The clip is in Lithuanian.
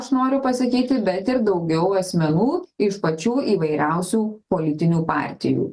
aš noriu pasakyti bet ir daugiau asmenų iš pačių įvairiausių politinių partijų